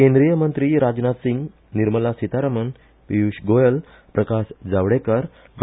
केंद्रीयमंत्री राजनाथ सिंग निर्माला सिथारामण पियूश गोयल प्रकाश जावडेकर डॉ